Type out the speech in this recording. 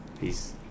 Peace